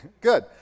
good